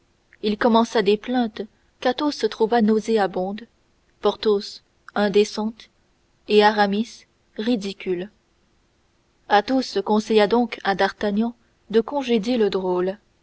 il commença des plaintes qu'athos trouva nauséabondes porthos indécentes et aramis ridicules athos conseilla donc à d'artagnan de congédier le drôle